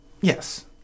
Yes